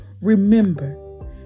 Remember